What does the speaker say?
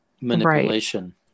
manipulation